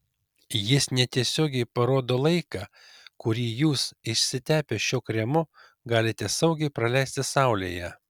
jis netiesiogiai parodo laiką kurį jūs išsitepę šiuo kremu galite saugiai praleisti saulėje